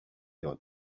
your